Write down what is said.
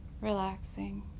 relaxing